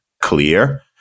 clear